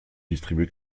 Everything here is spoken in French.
distribue